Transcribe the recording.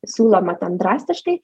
siūloma ten drastiškai